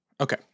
Okay